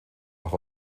auch